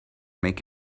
make